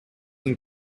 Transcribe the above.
and